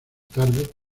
tarde